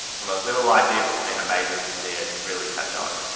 from a little idea. it's been amazing to see it really catch on.